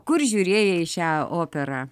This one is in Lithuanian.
kur žiūrėjai šią operą